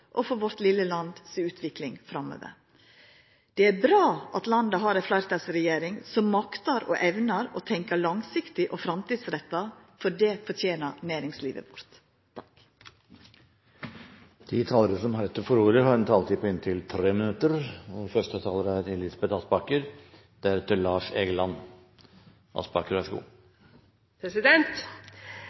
for næringslivet vårt, og for utviklinga til det lille landet vårt framover. Det er bra at landet har ei fleirtalsregjering som maktar og evnar å tenkja langsiktig og framtidsretta, for det fortener næringslivet vårt. De talere som heretter får ordet, har en taletid på inntil 3 minutter. Det er en blå tråd mellom Høyres tunge satsing på høyt kvalifiserte lærere og